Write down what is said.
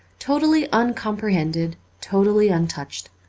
totally un comprehended, totally untouched.